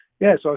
Yes